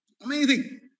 Amazing